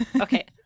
Okay